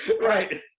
Right